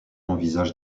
envisage